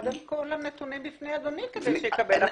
קודם כל הנתונים בפני אדוני כדי שיקבל החלטה.